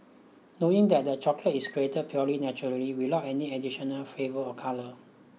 knowing that the chocolate is created purely naturally without any additional flavour or colour